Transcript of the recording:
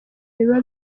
biba